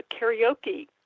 karaoke